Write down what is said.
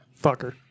fucker